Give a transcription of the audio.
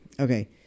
Okay